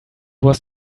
was